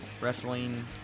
wrestling